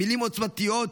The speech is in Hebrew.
מילים עוצמתיות,